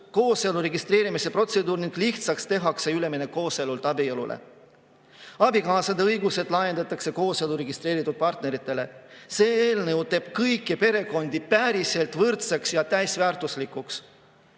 kooselu registreerimise protseduur ning lihtsaks tehakse üleminek kooselult abielule. Abikaasade õigused laiendatakse kooselu registreerinud partneritele. See eelnõu teeb kõik perekonnad päriselt võrdseks ja täisväärtuslikuks